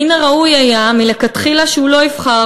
מן הראוי היה מלכתחילה שהוא לא יבחר